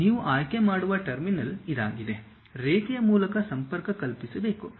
ನೀವು ಆಯ್ಕೆ ಮಾಡುವ ಟರ್ಮಿನಲ್ ಇದಾಗಿದೆ ರೇಖೆಯ ಮೂಲಕ ಸಂಪರ್ಕ ಕಲ್ಪಿಸಬೇಕು